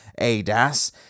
ADAS